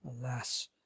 Alas